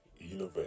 innovation